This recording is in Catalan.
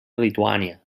lituània